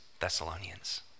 Thessalonians